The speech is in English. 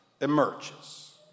emerges